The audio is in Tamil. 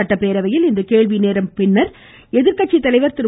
சட்டப் பேரவையில் இன்று கேள்வி நேரம் முடிந்ததும் எதிர்கட்சி தலைவர் திரு